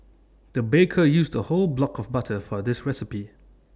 the baker used A whole block of butter for this recipe